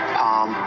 palm